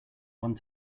one